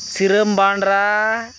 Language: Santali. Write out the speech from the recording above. ᱥᱤᱨᱟᱹᱢ ᱵᱟᱸᱰᱨᱟ